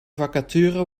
vacature